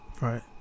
Right